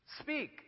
speak